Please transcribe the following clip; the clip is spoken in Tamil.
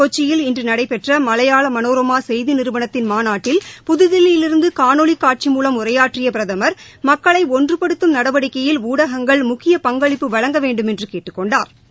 கொச்சியில் இன்று நடைபெற்ற மலையாள மனோரமா செய்தி நிறுவனத்தின் மாநாட்டில் புத்தில்லியிலிருந்து காணொலி காட்சி மூலம் உரையாற்றிய பிரதமா் மக்களை ஒன்றுபடுத்தும் நடவடிக்கையில் ஊடகங்கள் முக்கிய பங்களிப்பு வழங்க வேண்டுமென்று கேட்டுக் கொண்டாா்